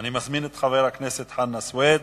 אני מזמין את חבר הכנסת חנא סוייד.